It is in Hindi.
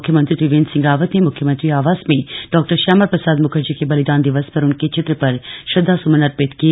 मुख्यमंत्री त्रिवेंद्र सिंह रावत ने मुख्यमंत्री आवास में डॉ श्यामा प्रसाद मुखर्जी के बलिदान दिवस पर उनके चित्र पर श्रदधासुमन अर्पित किए